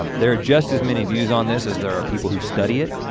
um there are just as many views on this as there are people who study it.